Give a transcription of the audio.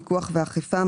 פיקוח ואכיפה,